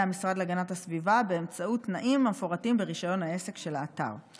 המשרד להגנת הסביבה באמצעות תנאים המפורטים ברישיון העסק של האתר.